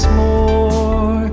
more